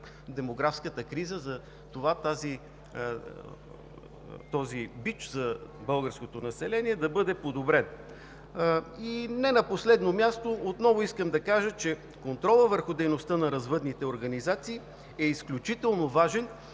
демографската криза, за това този бич за българското население да бъде подобрен. И не на последно място, отново искам да кажа, че контролът върху дейността на развъдните организации е изключително важен.